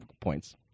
points